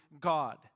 God